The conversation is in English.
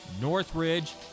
Northridge